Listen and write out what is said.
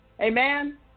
Amen